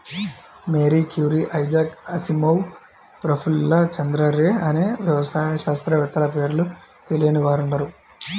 Mary Curie, Isaac Asimov, Prafulla Chandra Ray అనే వ్యవసాయ శాస్త్రవేత్తల పేర్లు తెలియని వారుండరు